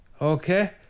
okay